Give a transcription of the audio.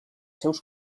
seus